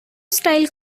style